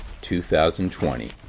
2020